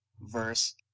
verse